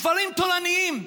ספרים תורניים,